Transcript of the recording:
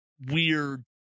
weird